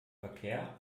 verkehr